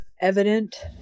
evident